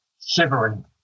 shivering